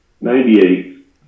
Ninety-eight